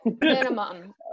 Minimum